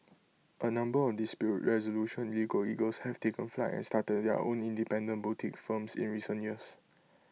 A number of dispute resolution legal eagles have taken flight and started their own independent boutique firms in recent years